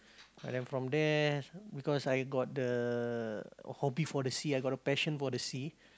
and from there because I got the hobby for the sea I got a passion for the sea